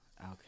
okay